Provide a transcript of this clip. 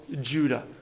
Judah